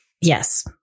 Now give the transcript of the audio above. Yes